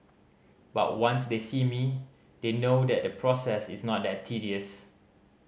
but once they see me they know that the process is not that tedious